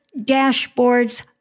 dashboards